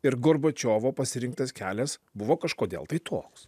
ir gorbačiovo pasirinktas kelias buvo kažkodėl tai toks